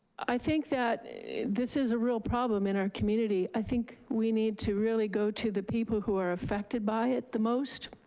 i think that this is a real problem in our community. i think we need to really go to the people who are affected by it the most.